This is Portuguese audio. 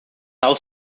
tal